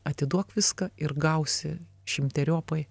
atiduok viską ir gausi šimteriopai